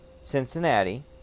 Cincinnati